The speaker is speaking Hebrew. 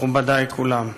מכובדי כולם.